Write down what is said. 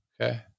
okay